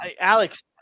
Alex